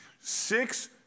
Six